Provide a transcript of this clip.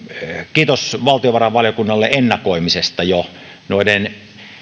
kiitos valtiovarainvaliokunnalle ennakoimisesta jo